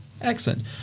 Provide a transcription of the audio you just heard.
Excellent